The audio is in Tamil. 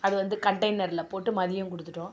அது வந்து கண்டெய்னர்ல போட்டு மதியம் கொடுத்துட்டோம்